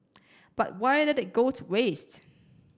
but why let it goes waste